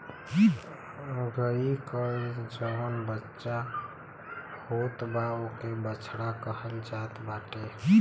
गाई के जवन बच्चा होत बा ओके बछड़ा कहल जात बाटे